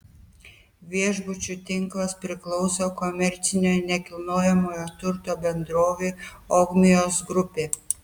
viešbučių tinklas priklauso komercinio nekilnojamojo turto bendrovei ogmios grupė